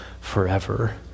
forever